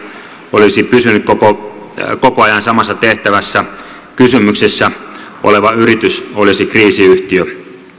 olisi pysynyt koko koko ajan samassa tehtävässä kysymyksessä oleva yritys olisi kriisiyhtiö